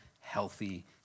healthy